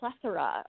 plethora